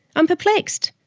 i'm perplexed!